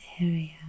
area